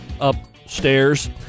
upstairs